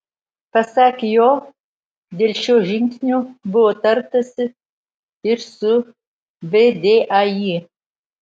pasak jo dėl šio žingsnio buvo tartasi ir su vdai